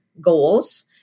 goals